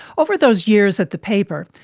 over those years at the paper,